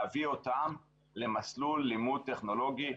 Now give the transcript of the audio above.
להביא אותם למסלול לימוד טכנולוגי.